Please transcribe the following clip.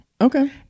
Okay